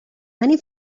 many